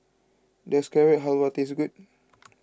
does Carrot Halwa taste good